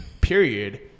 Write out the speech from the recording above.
period